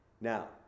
Now